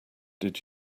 did